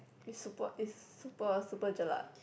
is super is super super jelak